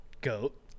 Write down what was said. goat